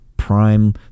prime